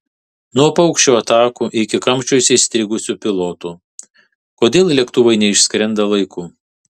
nuo paukščių atakų iki kamščiuose įstrigusių pilotų kodėl lėktuvai neišskrenda laiku